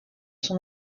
son